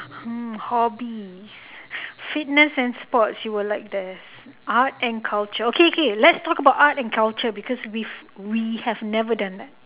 hmm hobbies fitness and sports you will like this art and culture okay k let's talk about art and culture because we've we have never done that